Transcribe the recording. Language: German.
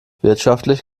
wirtschaftlich